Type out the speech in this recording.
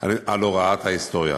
על הוראת ההיסטוריה.